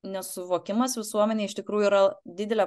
nesuvokimas visuomenėj iš tikrųjų yra didelė